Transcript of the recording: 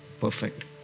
perfect